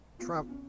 Trump